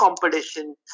competition